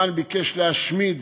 המן ביקש להשמיד,